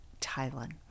Thailand